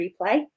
replay